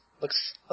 looks